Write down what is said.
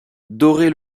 doré